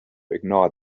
ignore